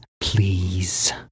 please